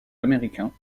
américains